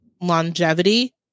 longevity